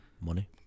Money